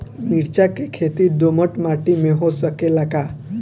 मिर्चा के खेती दोमट माटी में हो सकेला का?